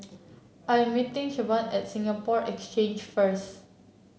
I am meeting Shavon at Singapore Exchange first